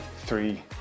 three